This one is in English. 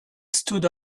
stood